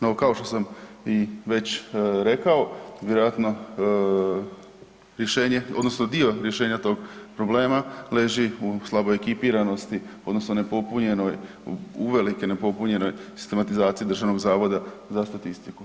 No kao što sam i već rekao vjerojatno rješenje odnosno dio rješenja tog problema leži u slaboj ekipiranosti odnosno nepopunjenoj, uvelike nepopunjenoj sistematizaciji Državnog zavoda za statistiku.